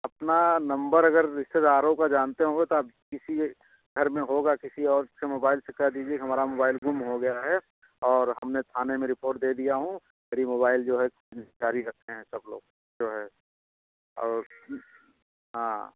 अपना नंबर अगर रिश्तेदारों का जानते होंगे तो आप किसी के घर में होगा किसी और के मोबाइल से कहे दीजिए हमारा मोबाइल गुम हो गया है और हमने थाने में रिपोर्ट दे दिया हूँ मेरी माेबाइल जो है रखें हैं सब लाेग जो है और हाँ